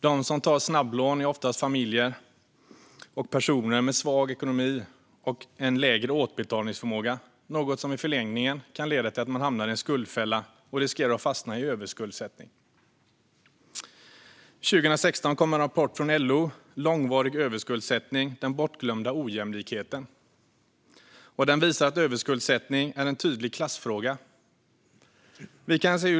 De som tar snabblån är oftast familjer och personer med svag ekonomi och lägre återbetalningsförmåga, något som i förlängningen kan leda till att man hamnar i en skuldfälla och riskerar att fastna i överskuldsättning. År 2016 kom en LO-rapport, Långvarig överskuldsättning - Den bortglömda ojämlikheten , som visar att överskuldsättning är en tydlig klassfråga.